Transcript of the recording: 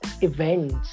events